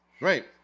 Right